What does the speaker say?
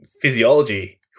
physiology